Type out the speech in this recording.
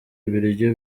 ibiryo